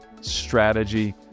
strategy